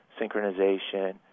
synchronization